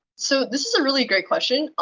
so this is a really great question.